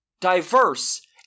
diverse